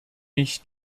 mich